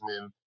Men